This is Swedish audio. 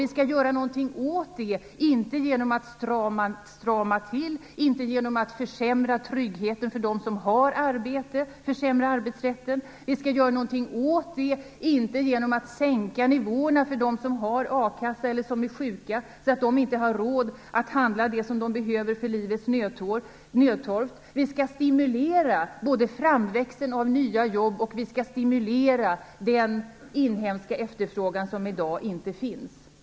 Vi skall göra någonting åt den, inte genom att strama till, inte genom att försämra tryggheten för dem som har arbete, inte genom att försämra arbetsrätten. Vi skall göra någonting åt det, inte genom att sänka nivåerna för dem som har a-kassa eller som är sjuka, så att de inte har råd att handla det som de behöver för livets nödtorft. Vi skall stimulera både framväxten av nya jobb och den inhemska efterfrågan, som i dag inte finns.